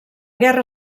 guerra